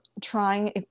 trying